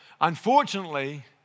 Unfortunately